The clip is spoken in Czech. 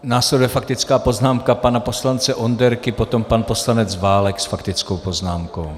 Následuje faktická poznámka pana poslance Onderky, potom pan poslanec Válek s faktickou poznámkou.